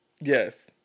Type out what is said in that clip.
Yes